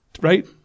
right